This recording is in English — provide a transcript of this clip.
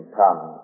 come